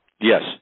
Yes